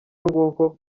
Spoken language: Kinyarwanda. nguko